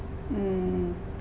hmm